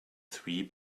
three